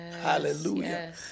Hallelujah